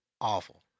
awful